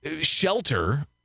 shelter